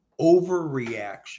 overreaction